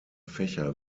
fächer